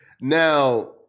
Now